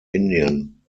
indien